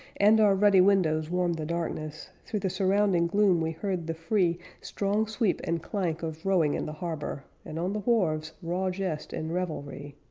and our ruddy windows warmed the darkness, through the surrounding gloom we heard the free strong sweep and clank of rowing in the harbor, and on the wharves raw jest and revelry.